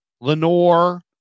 Lenore